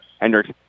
Hendricks